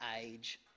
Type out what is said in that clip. age